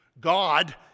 God